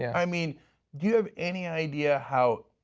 yeah i mean you have any idea how